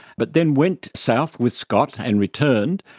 but then went south with scott and returned,